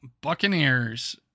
Buccaneers